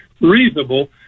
reasonable